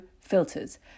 filters